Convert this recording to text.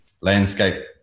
landscape